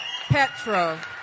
Petro